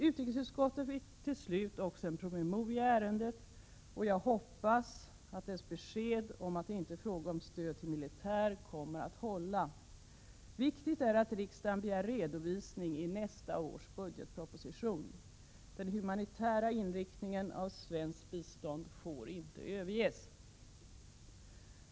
Utrikesutskottet fick till slut också en promemoria i ärendet, och jag hoppas att beskedet att det inte är fråga om stöd till militär kommer att hålla. Det är viktigt att riksdagen begär en redovisning i nästa års budgetproposition. Den humanitära inriktningen av svenskt bistånd får inte överges.